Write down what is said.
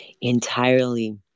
entirely